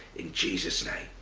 in jesus' name,